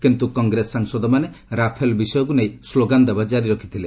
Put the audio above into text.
କିନ୍ତୁ କଂଗ୍ରେସ ସାଂସଦମାନେ ରାଫେଲ ବିଷୟକୁ ନେଇ ସ୍କୋଗାନ୍ ଦେବା କାରି ରଖିଥିଲେ